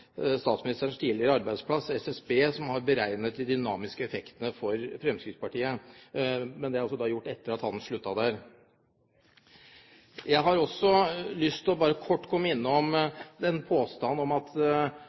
statsministerens tidligere arbeidsplass, SSB, som har beregnet de dynamiske effektene for Fremskrittspartiet. Men det er gjort etter at han sluttet der. Jeg har lyst til kort å komme innom påstanden at